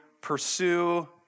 pursue